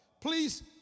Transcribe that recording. Please